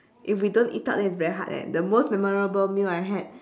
if we don't eat out then it's very hard leh the most memorable meal I had